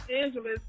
Angeles